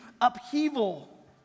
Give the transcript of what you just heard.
upheaval